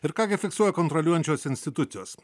ir ką gi fiksuoja kontroliuojančios institucijos